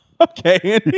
okay